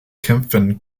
kämpfen